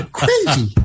crazy